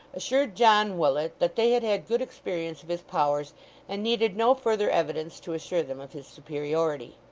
assured john willet that they had had good experience of his powers and needed no further evidence to assure them of his superiority.